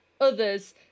others